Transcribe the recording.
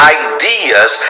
ideas